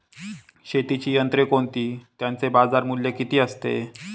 शेतीची यंत्रे कोणती? त्याचे बाजारमूल्य किती असते?